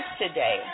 today